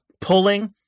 Pulling